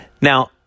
Now